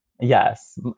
Yes